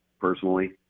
personally